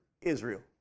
Israel